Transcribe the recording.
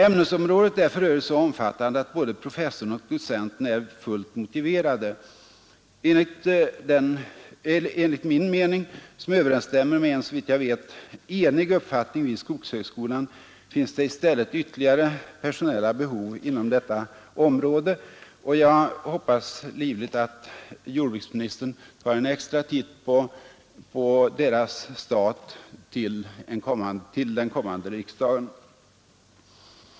Ämnesområdet är för övrigt så omfattande att både professuren och docenturen är fullt motiverade. Enligt min mening, som överensstämmer med en såvitt jag vet enig uppfattning vid skogshögskolan, finns det i stället ytterligare personella behov inom detta område. Jag hoppas livligt att jordbruksministern tar en extra titt på deras stat till den kommande riksdagen.